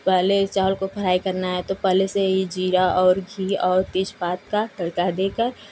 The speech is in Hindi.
पहले चावल को फराइ करना है तो पहले से ही जीरा और घी और तेजपात का तड़का देकर